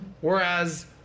Whereas